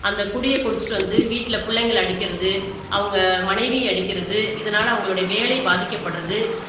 அந்தக் குடியை குடிச்சுட்டு வந்து வீட்டில் பிள்ளைங்கள அடிக்கிறது அவங்க மனைவியை அடிக்கிறது இதனால் அவங்களுடைய வேலை பாதிக்கப்படுறது